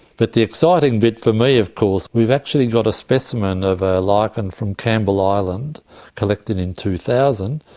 but the exciting bit for me of course, we've actually got a specimen of a lichen from campbell island collected in two thousand,